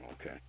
Okay